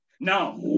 Now